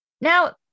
Now